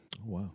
Wow